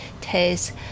taste